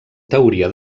teoria